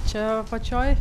čia apačioj